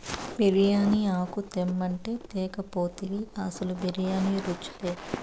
బిర్యానీ ఆకు తెమ్మంటే తేక పోతివి అసలు బిర్యానీ రుచిలే